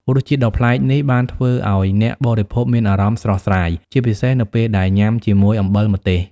រសជាតិដ៏ប្លែកនេះបានធ្វើឲ្យអ្នកបរិភោគមានអារម្មណ៍ស្រស់ស្រាយ ជាពិសេសនៅពេលដែលញ៉ាំជាមួយអំបិលម្ទេស។